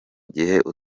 gihe